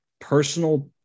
personal